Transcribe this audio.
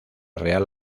real